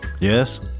Yes